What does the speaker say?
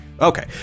Okay